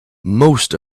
most